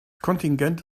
kontingent